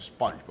SpongeBob